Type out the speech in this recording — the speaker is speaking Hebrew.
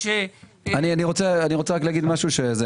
משהו.